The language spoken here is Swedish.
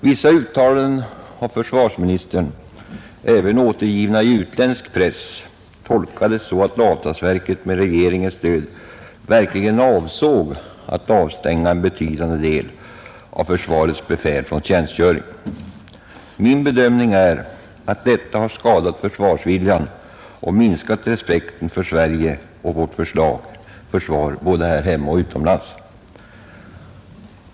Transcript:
Vissa uttalanden av försvarsministern — även återgivna i utländsk press — tolkades så att avtalsverket med regeringens stöd verkligen avsåg att avstänga en betydande del av försvarets befäl från tjänstgöring. Min bedömning är att dessa försvarsministerns uttalanden har skadat försvarsviljan och minskat respekten för Sverige och dess försvar både här hemma och utomlands.